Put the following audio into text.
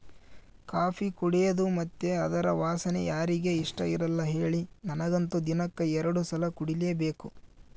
coffee ಕುಡೇದು ಮತ್ತೆ ಅದರ ವಾಸನೆ ಯಾರಿಗೆ ಇಷ್ಟಇರಲ್ಲ ಹೇಳಿ ನನಗಂತೂ ದಿನಕ್ಕ ಎರಡು ಸಲ ಕುಡಿಲೇಬೇಕು